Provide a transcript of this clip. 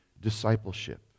discipleship